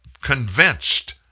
Convinced